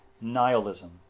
nihilism